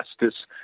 justice